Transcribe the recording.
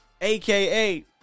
AKA